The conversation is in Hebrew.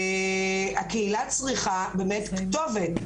הקהילה צריכה באמת כתובת,